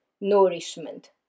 nourishment